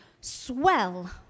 swell